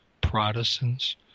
Protestants